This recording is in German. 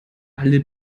alle